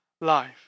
life